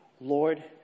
Lord